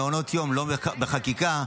כל נושא הדרגות של מעונות היום הוא לא בחקיקה,